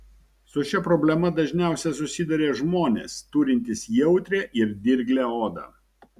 su šia problema dažniausiai susiduria žmonės turintys jautrią ir dirglią odą